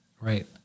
Right